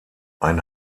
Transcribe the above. ein